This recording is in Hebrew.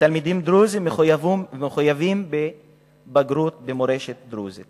ותלמידים דרוזים מחוייבים בבגרות במורשת דרוזית